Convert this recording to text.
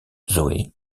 zoé